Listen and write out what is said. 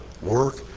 work